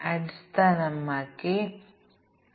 ഒരു വേഡ് പ്രോസസ്സറിലെ ഈ ഫോണ്ട് ക്രമീകരണം നമുക്ക് നോക്കാം